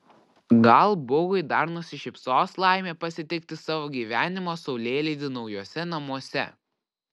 gal bugui dar nusišypsos laimė pasitikti savo gyvenimo saulėlydį naujuose namuose